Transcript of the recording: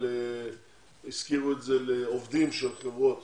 השכירו את זה לעובדים של חברות